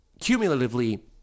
Cumulatively